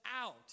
out